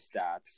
stats